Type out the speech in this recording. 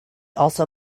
also